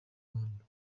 rwanda